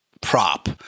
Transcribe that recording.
prop